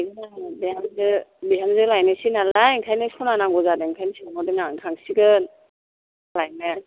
माने आं बिहामजो बिहामजो लायनायसै नालाय ओंखायनो स'ना नांगौ जादों ओंखायनो सोंहरदों आं थांसिगोन लायनो